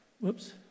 Whoops